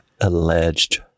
Alleged